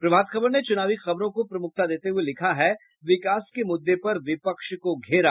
प्रभात खबर ने चुनावी खबरों को प्रमुखता देते हुए लिखा है विकास के मुद्दे पर विपक्ष को घेरा